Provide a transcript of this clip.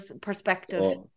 perspective